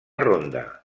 ronda